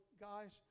Guys